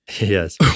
Yes